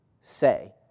say